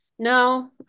No